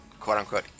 quote-unquote